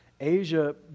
Asia